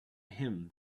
him